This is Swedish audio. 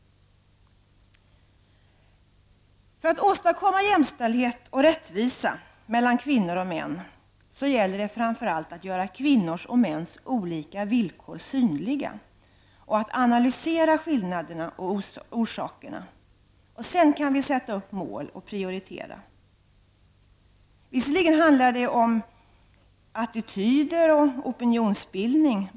För att åstadkomma jämställdhet och rättvisa mellan kvinnor och män gäller det att framför allt göra kvinnors och mäns olika villkor synliga och att analysera skillnaderna och bakomliggande orsaker. Sedan kan vi sätta upp mål och prioritera. Visserligen handlar det om attityder och opinionsbildning.